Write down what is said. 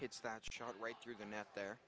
hits that shot right through the net the